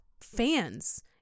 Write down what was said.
fans